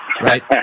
right